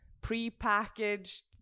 pre-packaged